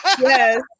yes